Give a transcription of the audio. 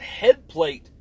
headplate